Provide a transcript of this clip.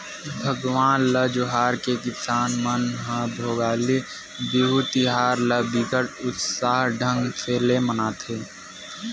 भगवान ल जोहार के किसान मन ह भोगाली बिहू तिहार ल बिकट उत्साह ढंग ले मनाथे